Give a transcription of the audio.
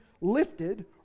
lifted